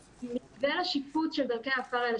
מתווה השיפוץ של דרכי העפר האלה,